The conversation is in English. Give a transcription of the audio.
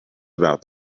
about